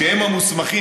שהם המוסמכים,